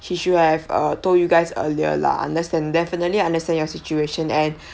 she should have uh told you guys earlier lah understand definitely understand your situation and